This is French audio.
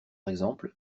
exemple